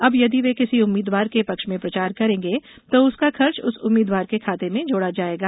अब यदि वे किसी उम्मीद्वार के पक्ष में प्रचार करेंगे तो उसका खर्च उस उम्मीद्वार के खाते में जोड़ जाएगा